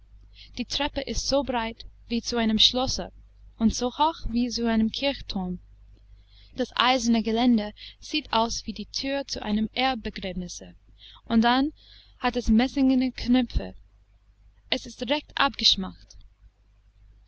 die treppe ist so breit wie zu einem schlosse und so hoch wie zu einem kirchturm das eiserne geländer sieht aus wie die thür zu einem erbbegräbnisse und dann hat es messingene knöpfe es ist recht abgeschmackt